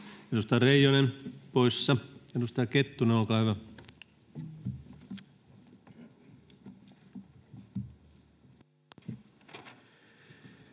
Edustaja Reijonen poissa. — Edustaja Kettunen, olkaa hyvä.